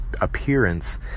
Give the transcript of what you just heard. appearance